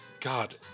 God